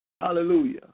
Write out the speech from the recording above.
Hallelujah